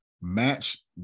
Match